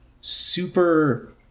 super